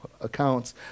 accounts